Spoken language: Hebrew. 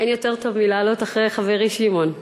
אין יותר טוב מלעלות אחרי חברי שמעון.